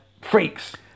Freaks